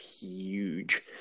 huge